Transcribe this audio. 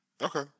Okay